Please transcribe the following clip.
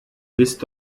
bist